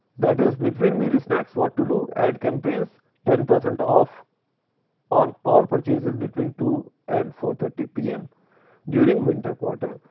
that is between meal snacks what to do ad campaigns ten percent off on all purchases between two and four-thirty p m during winter quarter.